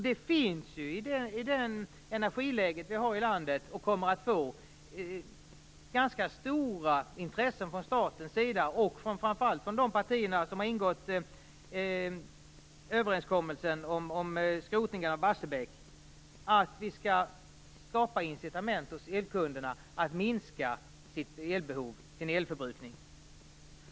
I det energiläge som nu råder, och i det energiläge som vi kommer att ha, finns det ett ganska stort intresse från statens sida, och framför allt från de partiers sida som har ingått överenskommelsen om en skrotning av Barsebäck, för att skapa incitament som gör att elkunderna minskar sin elförbrukning.